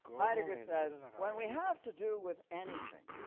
heidegger says when we have to do with anything,